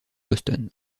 boston